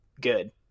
good